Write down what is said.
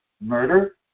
murder